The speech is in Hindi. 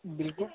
बिल्कुल